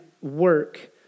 work